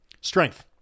Strength